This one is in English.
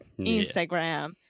instagram